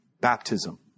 baptism